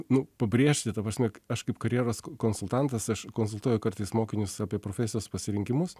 nu pabrėžti ta prasme aš kaip karjeros konsultantas aš konsultuoju kartais mokinius apie profesijos pasirinkimus